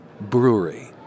brewery